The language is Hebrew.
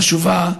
חשובה.